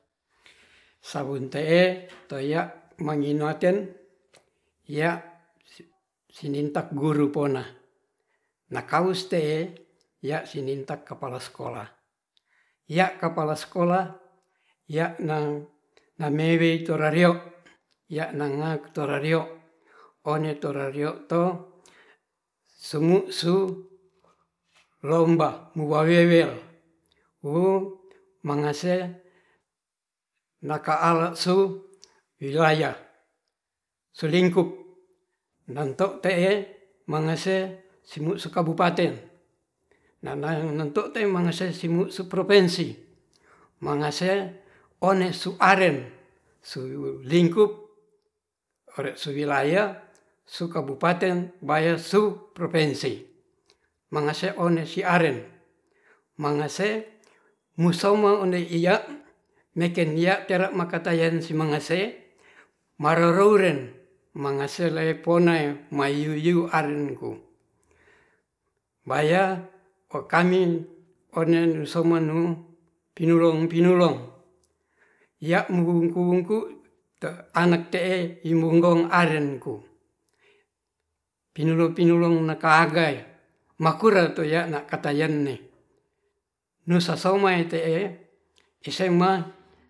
Sabun te'e toya mangiaten ya' sinintak guru pona nakaus te'e ya' sininta kapala sekolah, ya' kapala sekolah ya' na-namewer torario ya' nanga torario onr torario to sumu su' lomba muwawewel wu mangase naka ala su' wilayah sulingkup nagkop te'e mangase semu sekabupaten naya natute mangese simu'su propensi mangase one su arem su lingkup ore su wilayah sukabupaten bayer su propensi mangase one siaren mangese musoma ondei iya' neken ya' tera makataiyen si mangase maroroyen mangase re ponae mayuyu arenku baya okamin onen sumenu pinolong-pinolong ya' muwuku-wungku anak te'e yumogkong aren ku pinolong-pinolong naka agai makurrer tuya na katayanne nusasoma te'e sma